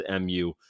MU